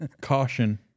Caution